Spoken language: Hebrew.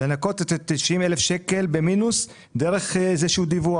לנקות את ה-90,000 ₪ במינוס דרך איזה שהוא דיווח.